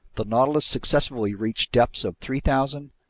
the nautilus successively reached depths of three thousand,